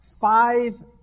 five